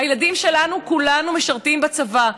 הילדים שלנו, כולנו, משרתים בצבא.